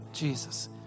Jesus